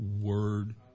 Word